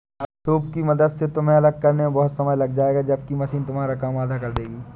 soup की मदद से तुम्हें अलग करने में बहुत समय लग जाएगा जबकि मशीन तुम्हारा काम आधा कर देगी